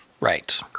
Right